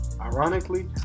Ironically